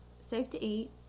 safe-to-eat